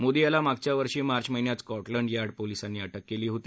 मोदी याला मागच्या वर्षी मार्च महिन्यात स्कॉटलंड यार्ड पोलिसांनी अटक केली होती